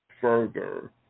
further